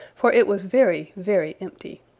for it was very, very empty.